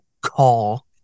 call